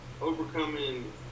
overcoming